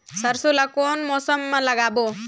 सरसो ला कोन मौसम मा लागबो?